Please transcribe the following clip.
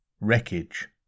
Wreckage